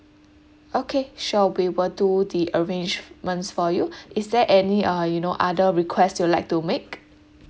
okay sure we will do the arrangements for you is there any uh you know other request you'd like to make